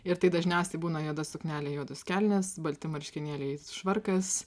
ir tai dažniausiai būna juoda suknelė juodos kelnės balti marškinėliai švarkas